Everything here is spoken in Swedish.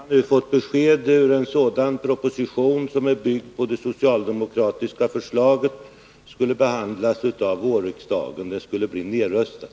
Herr talman! Tack, herr Arne Andersson. Jag har nu fått besked om hur en proposition som är byggd på det socialdemokratiska förslaget skulle behandlas av riksdagen under våren — den skulle bli nerröstad.